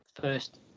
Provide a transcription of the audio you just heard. first